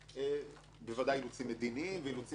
ודאי אילוצים מדיניים ואחרים.